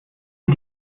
ihr